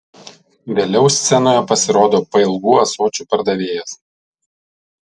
vėliau scenoje pasirodo pailgų ąsočių pardavėjas